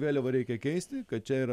vėliavą reikia keisti kad čia yra